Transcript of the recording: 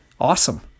awesome